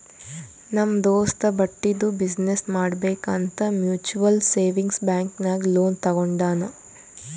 ನಮ್ ದೋಸ್ತ ಬಟ್ಟಿದು ಬಿಸಿನ್ನೆಸ್ ಮಾಡ್ಬೇಕ್ ಅಂತ್ ಮ್ಯುಚುವಲ್ ಸೇವಿಂಗ್ಸ್ ಬ್ಯಾಂಕ್ ನಾಗ್ ಲೋನ್ ತಗೊಂಡಾನ್